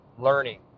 learning